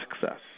success